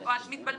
או על מתבלבלים.